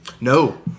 No